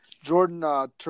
Jordan